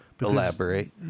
Elaborate